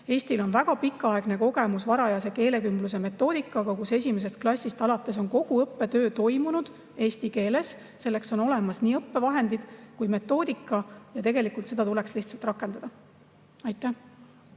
Eestil on väga pikaaegne kogemus varajase keelekümbluse metoodikaga, mille järgi on esimesest klassist alates kogu õppetöö toimunud eesti keeles. Selleks on olemas nii õppevahendid kui ka metoodika ja tegelikult seda tuleks lihtsalt rakendada. Aleksei